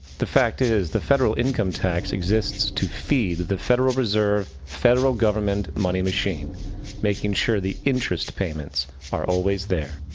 the fact is the federal income tax exists to feed the federal reserve, federal government money machine making sure the interest payments are always there.